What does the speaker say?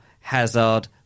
Hazard